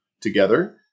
together